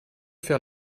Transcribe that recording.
faire